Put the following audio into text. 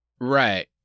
Right